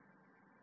B C